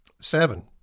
Seven